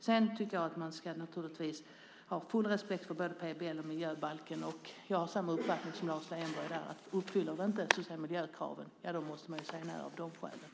Jag tycker att man naturligtvis ska ha full respekt för både PBL och miljöbalken, och jag har samma uppfattning som Lars Leijonborg: Uppfyller vi inte miljökraven måste man säga nej av de skälen.